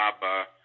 Bob